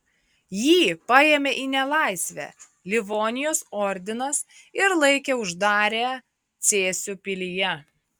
jį paėmė į nelaisvę livonijos ordinas ir laikė uždarę cėsių pilyje